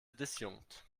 disjunkt